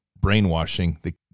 brainwashing